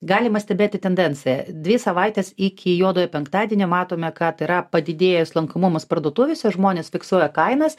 galima stebėti tendenciją dvi savaites iki juodojo penktadienio matome kad yra padidėjęs lankomumas parduotuvėse žmonės fiksuoja kainas